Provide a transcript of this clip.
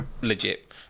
legit